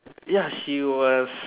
ya she was